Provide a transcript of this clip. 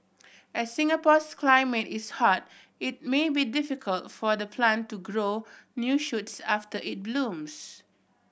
as Singapore's climate is hot it may be difficult for the plant to grow new shoots after it blooms